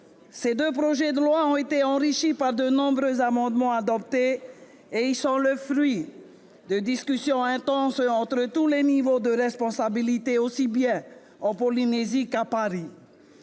ces deux textes ont été enrichis par l'adoption de nombreux amendements et ils sont le fruit de discussions intenses entre tous les niveaux de responsabilités, aussi bien en Polynésie qu'à Paris.